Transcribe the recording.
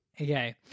Okay